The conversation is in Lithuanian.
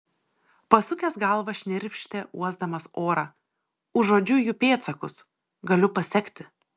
pasukęs galvą šnirpštė uosdamas orą užuodžiu jų pėdsakus galiu pasekti